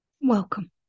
Welcome